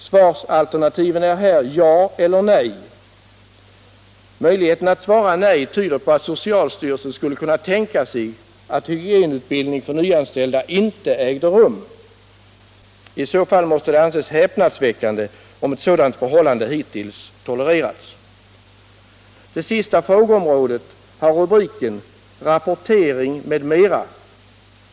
Svarsalternativen är här ja eller nej. Möjligheten att svara nej tyder på att socialstyrelsen skulle kunna tänka sig att hygienutbildning för nyanställda inte äger rum. Om ett sådant förhållande hittills har tolererats måste det anses häpnadsväckande. Det sista frågeområdet har rubriken Rapportering m.m.